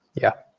yeah.